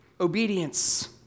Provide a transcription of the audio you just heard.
obedience